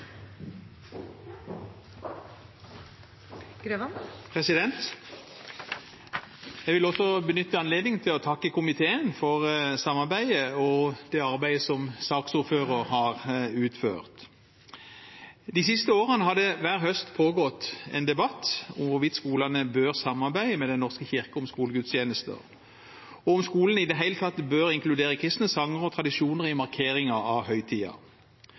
Jeg vil også benytte anledningen til å takke komiteen for samarbeidet og for det arbeidet som saksordføreren har utført. De siste årene har det hver høst pågått en debatt om hvorvidt skolene bør samarbeide med Den norske kirke om skolegudstjenester, og om skolen i det hele tatt bør inkludere kristne sanger og tradisjoner i markeringen av